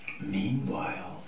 meanwhile